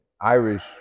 Irish